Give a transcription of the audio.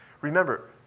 Remember